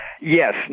Yes